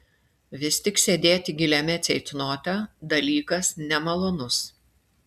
vis tik sėdėti giliame ceitnote dalykas nemalonus